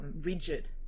rigid